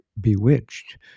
Bewitched